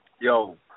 Yo